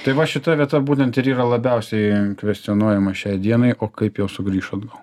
tai va šita vieta būtent ir yra labiausiai kvestionuojama šiai dienai o kaip jos sugrįš atgal